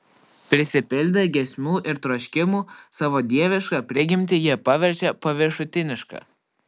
prisipildę geismų ir troškimų savo dievišką prigimtį jie paverčia paviršutiniška